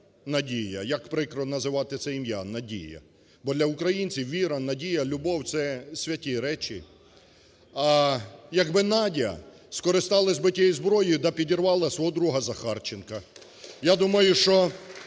Надія, як прикро називати це ім'я Надія, бо для українців віра, надія, любов – це святі речі. А якби Надя скористалась би тією зброєю да підірвала свого друга Захарченка. (Оплески) Я думаю, що